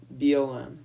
BLM